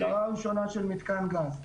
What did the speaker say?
הגדרה ראשונה של "מיתקן גז"